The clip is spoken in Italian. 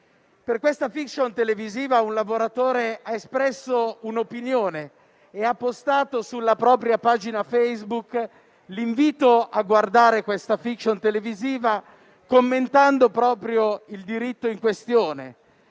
Su questa *fiction* televisiva un lavoratore ha espresso un'opinione e ha postato sulla propria pagina Facebook l'invito a guardarla, commentando proprio il diritto in questione,